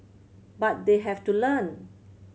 but they have to learn